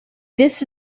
this